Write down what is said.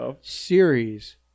series